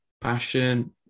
passion